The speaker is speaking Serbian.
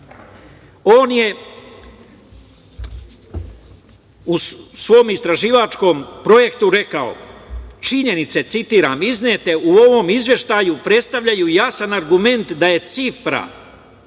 On je u svom istraživačkom projektu rekao, citiram – činjenice iznete u ovom izveštaju predstavljaju jasan argument da je cifra